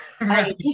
Right